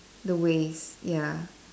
the ways ya